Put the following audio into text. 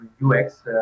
UX